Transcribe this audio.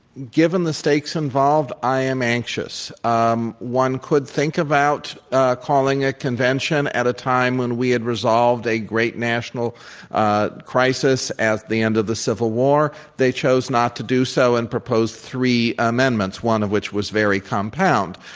given the stakes involved, i am anxious. um one could think about calling a convention at a time when we had resolved a great national crisis at the end of the civil war. they chose not to do so and proposed three amendments, one of which was very compound.